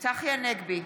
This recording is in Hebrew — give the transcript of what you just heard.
צחי הנגבי,